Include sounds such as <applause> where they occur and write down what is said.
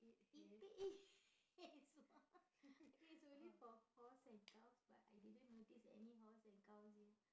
eating <laughs> it's for I think it's only for horse and cows but I didn't notice any horse and cows here